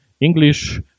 English